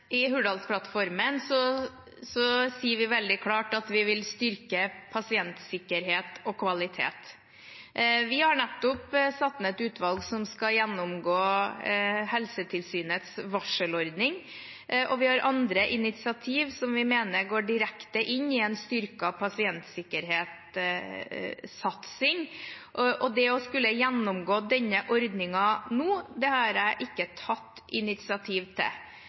I Hurdalsplattformen sier vi veldig klart at vi vil styrke pasientsikkerhet og kvalitet. Vi har nettopp satt ned et utvalg som skal gjennomgå Helsetilsynets varselordning, og vi har andre initiativ som vi mener går direkte inn i en satsing på å styrke pasientsikkerheten. Det å skulle gjennomgå denne ordningen nå, har jeg ikke tatt initiativ til.